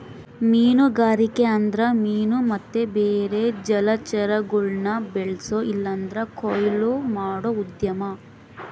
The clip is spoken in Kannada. ಮೀನುಗಾರಿಕೆ ಅಂದ್ರ ಮೀನು ಮತ್ತೆ ಬೇರೆ ಜಲಚರಗುಳ್ನ ಬೆಳ್ಸೋ ಇಲ್ಲಂದ್ರ ಕೊಯ್ಲು ಮಾಡೋ ಉದ್ಯಮ